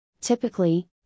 Typically